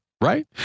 Right